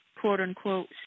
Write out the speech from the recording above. quote-unquote